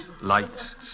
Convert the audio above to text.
lights